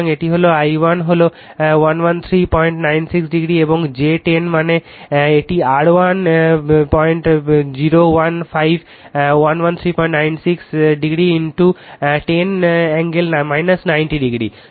সুতরাং এটি i1 হল 11396 ডিগ্রি এবং j 10 মানে এটি R1015 11396 10 কোণ 90 ডিগ্রি